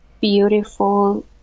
beautiful